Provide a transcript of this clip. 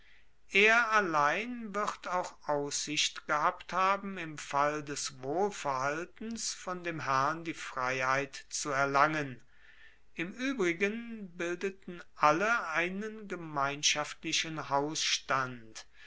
er allein wird auch aussicht gehabt haben im fall des wohlverhaltens von dem herrn die freiheit zu erlangen im uebrigen bildeten alle einen gemeinschaftlichen hausstand